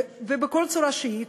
ובכל צורה שהיא,